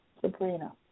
Sabrina